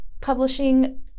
publishing